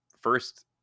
first